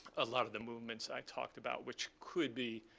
a lot of the movements i talked about, which could be